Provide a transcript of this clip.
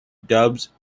dubs